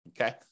Okay